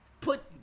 put